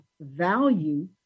value